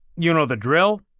you know the drill.